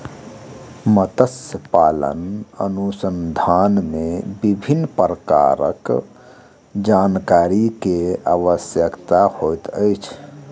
मत्स्य पालन अनुसंधान मे विभिन्न प्रकारक जानकारी के आवश्यकता होइत अछि